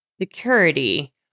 security